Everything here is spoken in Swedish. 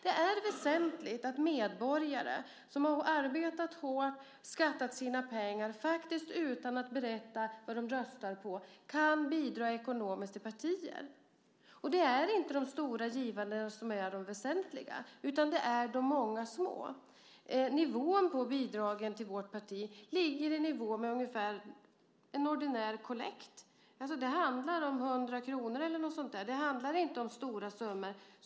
Det är väsentligt att medborgare som arbetat hårt, skattat sina pengar faktiskt utan att berätta vem de röstar på kan bidra ekonomiskt till partier. Det är inte de stora givarna som är de väsentliga, utan det är de många små. Nivån på bidragen till vårt parti ligger ungefär i nivå med en ordinär kollekt. Det handlar alltså om 100 kr eller så där. Det handlar inte om stora summor.